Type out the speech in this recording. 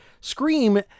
Scream